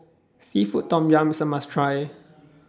Seafood Tom Yum IS A must Try